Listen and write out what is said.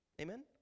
amen